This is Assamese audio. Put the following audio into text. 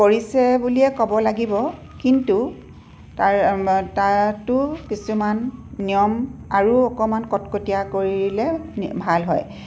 কৰিছে বুলিয়ে ক'ব লাগিব কিন্তু তাৰ তাতো কিছুমান নিয়ম আৰু অকণমান কটকটীয়া কৰিলে ভাল হয়